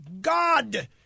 God